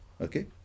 Okay